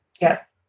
Yes